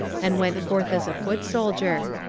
and went forth as a foot-soldier.